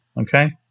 Okay